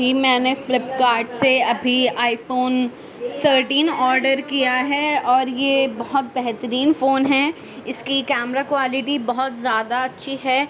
میں نے فلپکارٹ سے ابھی آئی فون تھرٹین آرڈر کیا ہے اور یہ بہت بہترین فون ہے اس کی کیمرا کوالٹی بہت زیادہ اچھی ہے